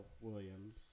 Williams